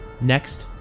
Next